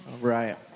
Right